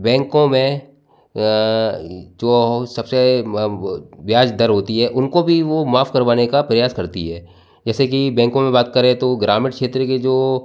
बैंकों में जो सबसे ब्याज दर होती है उनको भी वो माफ़ करवाने का प्रयास करती है जैसे कि बैंकों में बात करें तो ग्रामीण क्षेत्र के जो